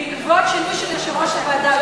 בעקבות שינוי של יושב-ראש הוועדה,